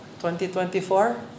2024